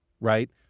Right